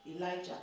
Elijah